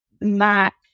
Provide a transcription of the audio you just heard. Mac